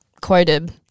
quoted